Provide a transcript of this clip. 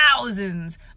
Thousands